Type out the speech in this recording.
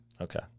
Okay